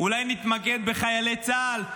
אולי נתמקד בחיילי צה"ל?